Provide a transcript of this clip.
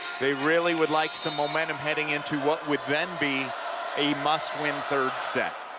they really would likesome momentum heading into what would then be a must-win third set.